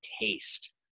taste